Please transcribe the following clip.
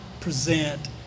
present